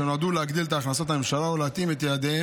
שנועדו להגדיל את הכנסות הממשלה ולהתאים את יעדיה